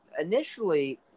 initially